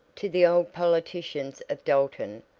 to the old politicians of dalton,